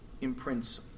imprints